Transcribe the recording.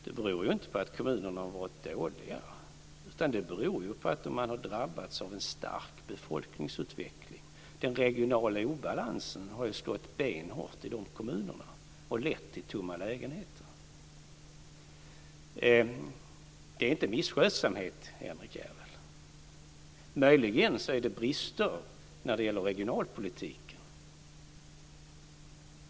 Det beror ju inte på att kommunerna har varit dåliga, utan det beror på att man har drabbats av en stark befolkningsutveckling. Den regionala obalansen har slagit benhårt i de här kommunerna och lett till tomma lägenheter. Det är inte misskötsamhet, Henrik Järrel. Möjligen är det brister när det gäller regionalpolitiken.